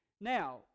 Now